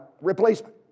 replacement